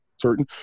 certain